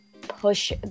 push